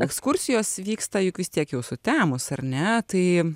ekskursijos vyksta juk vis tiek jau sutemus ar ne tai